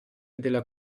della